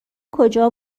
کجا